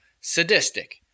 sadistic